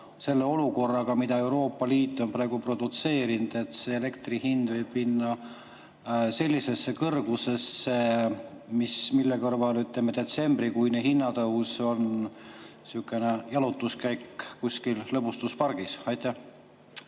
selle olukorraga, mille Euroopa Liit on praegu produtseerinud. Elektri hind võib minna sellisesse kõrgusesse, mille kõrval detsembrikuine hinnatõus oli sihuke jalutuskäik kuskil lõbustuspargis. Aitäh!